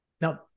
now